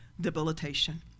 debilitation